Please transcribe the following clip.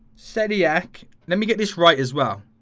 sediuk let me get this right as well.